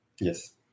Yes